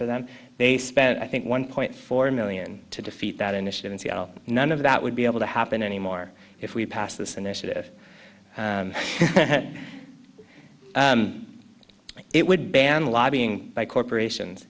for them they spent i think one point four million to defeat that initiative in seattle none of that would be able to happen anymore if we passed this initiative it would ban lobbying by corporations